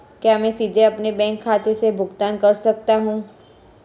क्या मैं सीधे अपने बैंक खाते से भुगतान कर सकता हूं?